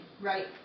Right